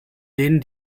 denen